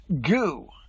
Goo